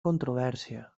controvèrsia